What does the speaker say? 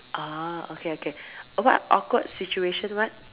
orh okay okay what awkward situation what